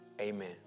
Amen